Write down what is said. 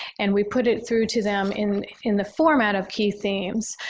and we put it through to them in in the format of key themes.